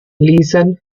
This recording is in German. lesern